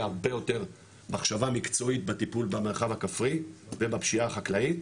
הרבה יותר מחשבה מקצועית בטיפול במרחב הכפרי ובפשיעה החקלאית,